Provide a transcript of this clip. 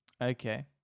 Okay